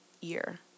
year